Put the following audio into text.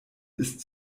ist